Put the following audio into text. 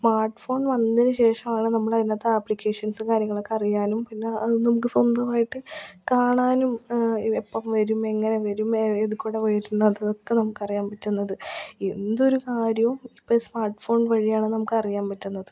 smartphone വന്നതിന് ശേഷമാണ് നമ്മൾ അതിനകത്ത് ആപ്പ്ളിക്കേഷൻസും കാര്യങ്ങളൊക്കെ അറിയാനും പിന്നെ നമുക്ക് സ്വന്തമായിട്ട് കാണാനും എപ്പം എപ്പം വരും എങ്ങനെ വരും ഏതിൽ കൂടെ വരുന്നത് അതൊക്കെ നമുക്ക് അറിയാൻ പറ്റുന്നത് എന്തൊരു കാര്യവും ഇപ്പം സ്മാർട്ട്ഫോൺ വഴിയാണ് നമുക്ക് അറിയാൻ പറ്റുന്നത്